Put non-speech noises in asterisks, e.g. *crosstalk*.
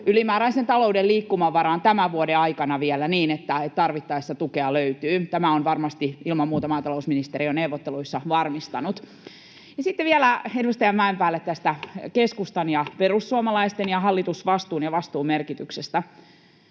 ylimääräiseen talouden liikkumavaraan vielä tämän vuoden aikana niin, että tarvittaessa tukea löytyy. Tämän on varmasti, ilman muuta maatalousministeri neuvotteluissa varmistanut. Ja sitten vielä edustaja Mäenpäälle *noise* tästä keskustan ja perussuomalaisten ja hallitusvastuun ja vastuun merkityksestä.